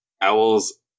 Owls